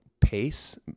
pace